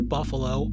Buffalo